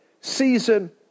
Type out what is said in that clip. season